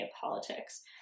politics